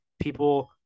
people